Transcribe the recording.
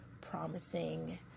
promising